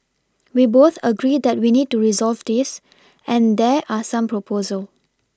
we both agree that we need to resolve this and there are some proposal